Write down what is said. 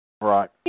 Right